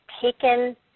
taken